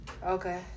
Okay